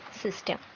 system